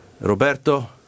Roberto